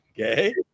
okay